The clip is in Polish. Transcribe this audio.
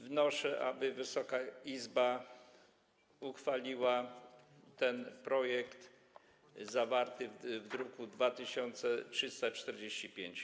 Wnoszę, aby Wysoka Izba uchwaliła projekt zawarty w druku nr 2345.